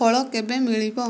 ଫଳ କେବେ ମିଳିବ